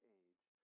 age